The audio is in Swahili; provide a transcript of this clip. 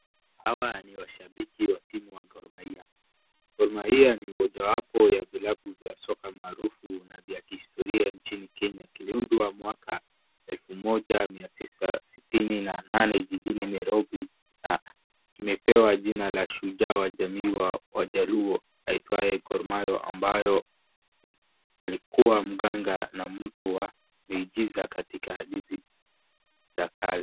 Hawa ni washambiki wa timu wa Gor Mahia. Gor Mahia ni mojawapo ya vilabu vya soka maarufu na vya kihistoria nchini Kenya. Kiliudwa mwaka elfu moja mia tisa sitini na nane jijini Nairobi na kimepewa jina la shujaa wa jamii wa wajaluo aitwaye Gor Mahia ambaye alikuwa mganga na mtu wa miujiza katika hadithi za kale.